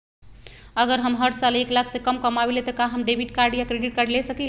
अगर हम हर साल एक लाख से कम कमावईले त का हम डेबिट कार्ड या क्रेडिट कार्ड ले सकीला?